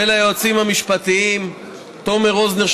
וליועצים המשפטים: תומר רוזנר,